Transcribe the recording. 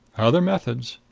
other methods.